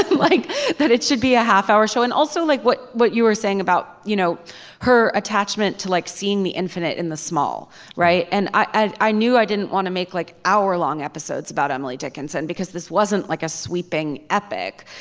like that it should be a half hour show and also like what what you were saying about you know her attachment to like seeing the infinite in the small right. and i i knew i didn't want to like hourlong episodes about emily dickinson because this wasn't like a sweeping epic.